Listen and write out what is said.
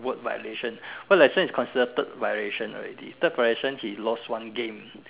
word violation what is considered third violation already third violation he lost one game